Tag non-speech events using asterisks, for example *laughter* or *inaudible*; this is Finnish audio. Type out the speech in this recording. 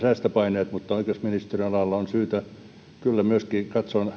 *unintelligible* säästöpaineet mutta oikeusministeriön alalla on syytä kyllä katsoa tätä myöskin